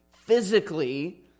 physically